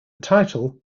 title